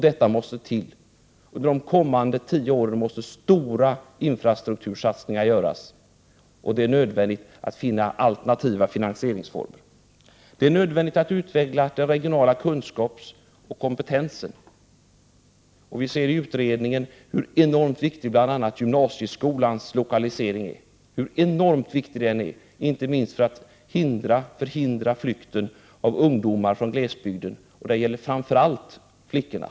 Detta måste till. Under de närmaste tio åren måste stora infrastrukturella satsningar göras. Det är nödvändigt att finna alternativa finansieringsformer. Det är nödvändigt att utveckla den regionala kunskapen och kompetensen. I utredningen kan vi se hur enormt viktig gymnasieskolans lokalisering är för att förhindra flykten av ungdomar från glesbygden. Det gäller främst flickorna.